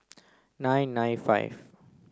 nine nine five